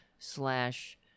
Slash